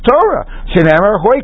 Torah